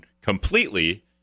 completely